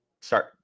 start